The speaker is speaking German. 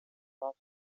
war